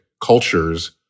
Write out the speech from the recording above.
cultures